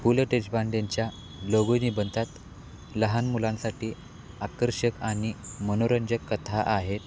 पु लं देशपांडेंच्या लघुनिबंधात लहान मुलांसाठी आकर्षक आनि मनोरंजक कथा आहेत